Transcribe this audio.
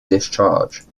discharge